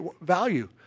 value